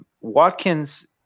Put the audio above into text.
Watkins